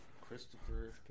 Christopher